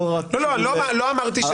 לא רק,